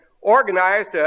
organized